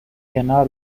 کنار